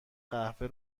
قهوه